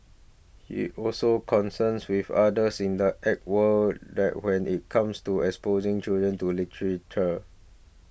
he also concerns with others in the egg world that when it comes to exposing children to literature